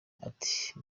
ati